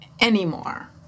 Anymore